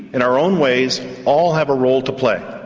in our own ways all have a role to play.